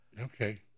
Okay